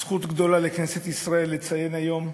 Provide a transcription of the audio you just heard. זכות גדולה לכנסת ישראל לציין היום,